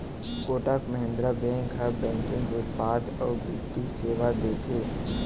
Kotak Mahindra bank ह banking उत्पाद अउ बित्तीय सेवा देथे